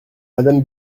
madame